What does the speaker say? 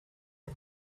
the